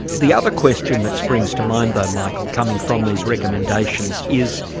the other question that springs to mind, though, michael, coming from these recommendations is,